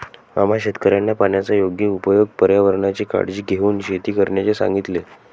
आम्हा शेतकऱ्यांना पाण्याचा योग्य उपयोग, पर्यावरणाची काळजी घेऊन शेती करण्याचे सांगितले